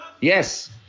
Yes